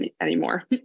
anymore